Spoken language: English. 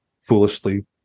foolishly